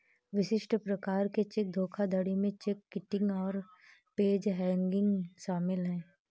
विशिष्ट प्रकार के चेक धोखाधड़ी में चेक किटिंग और पेज हैंगिंग शामिल हैं